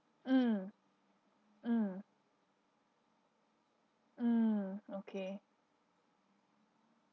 mm mm mm okay